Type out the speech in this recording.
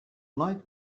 like